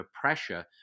pressure